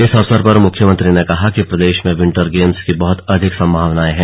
इस अवसर पर मुख्यमंत्री ने कहा कि प्रदेश में विंटर्स गेम्स की बहुत अधिक संभावनाएं हैं